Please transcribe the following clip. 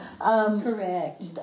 Correct